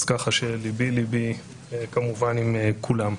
כך שליבי ליבי כמובן עם כולם.